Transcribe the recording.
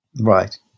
Right